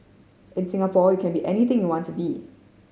in Singapore you can be anything you want to be